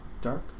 dark